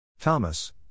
Thomas